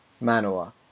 Manoa